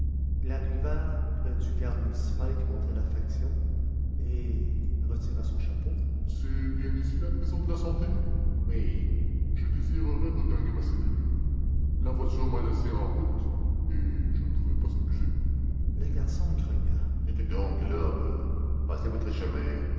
il arriva près du garde municipal qui montait la faction et retirant son chapeau c'est bien ici la prison de la santé oui je désirerais regagner ma cellule la voiture m'a laissé en route et je ne voudrais pas abuser le garde grogna dites donc l'homme passez votre chemin